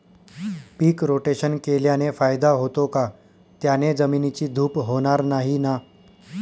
पीक rotation केल्याने फायदा होतो का? त्याने जमिनीची धूप होणार नाही ना?